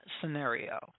scenario